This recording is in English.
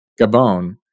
Gabon